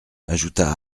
ajouta